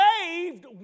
saved